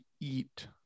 eat